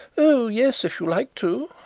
oh yes, if you like to.